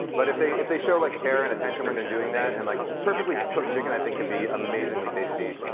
but if they if they show like care and attention when they're doing that, and like perfectly cooked chicken, i think, could be amazingly tasty.